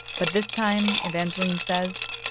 but this time, evangeline says.